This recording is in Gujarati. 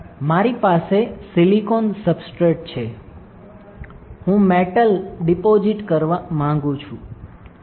મારી પાસે સિલિકોન સબસ્ટ્રેટ છે હું મેટલ ડિપોજિટ કરવા માંગુ છું